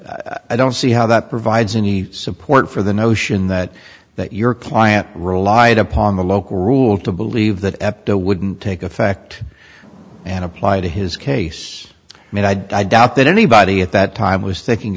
but i don't see how that provides any support for the notion that that your client relied upon the local rule to believe that ep to wouldn't take effect and apply to his case and i doubt that anybody at that time was thinking